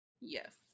yes